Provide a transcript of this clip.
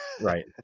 Right